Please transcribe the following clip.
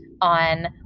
on